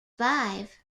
five